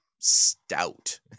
stout